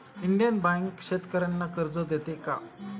Indian Bank शेतकर्यांना कर्ज देते का?